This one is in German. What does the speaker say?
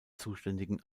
zuständigen